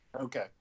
Okay